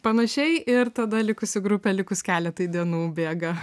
panašiai ir tada likusi grupė likus keletai dienų bėga